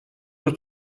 раз